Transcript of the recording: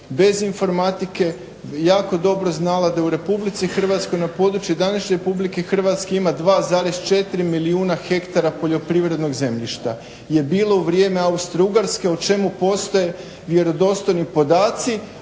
bez informatike jako dobro znala da u RH na području današnje RH ima 2,4 milijuna hektara poljoprivrednog zemljišta, je bilo u vrijeme Austrougarske o čemu postoje vjerodostojni podaci,